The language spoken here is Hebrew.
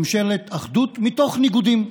ממשלת אחדות מתוך ניגודים.